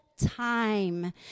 time